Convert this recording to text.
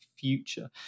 future